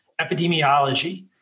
epidemiology